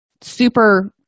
super